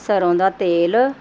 ਸਰ੍ਹੋਂ ਦਾ ਤੇਲ